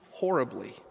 Horribly